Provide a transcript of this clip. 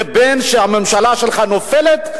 לבין זה שהממשלה שלך נופלת,